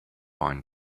find